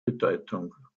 bedeutung